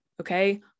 Okay